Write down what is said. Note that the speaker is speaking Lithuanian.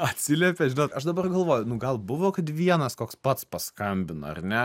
atsiliepia žinot aš dabar galvoju nu gal buvo kad vienas koks pats paskambina ar ne